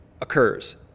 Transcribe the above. occurs